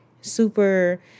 super